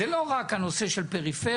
זה לא רק הנושא של פריפריה.